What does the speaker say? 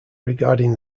regarding